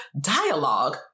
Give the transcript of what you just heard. dialogue